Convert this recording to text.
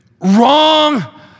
Wrong